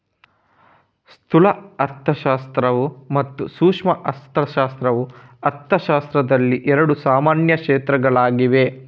ಸ್ಥೂಲ ಅರ್ಥಶಾಸ್ತ್ರ ಮತ್ತು ಸೂಕ್ಷ್ಮ ಅರ್ಥಶಾಸ್ತ್ರವು ಅರ್ಥಶಾಸ್ತ್ರದಲ್ಲಿ ಎರಡು ಸಾಮಾನ್ಯ ಕ್ಷೇತ್ರಗಳಾಗಿವೆ